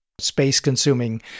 space-consuming